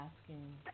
asking